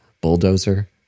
bulldozer